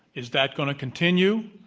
is that going to continue?